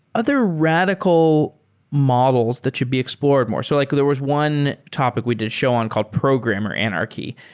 other radical models that should be explored more? so like there was one topic we did a show on called programmer anarchy,